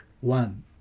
one